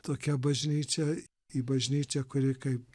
tokia bažnyčia į bažnyčią kuri kai